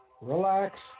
relax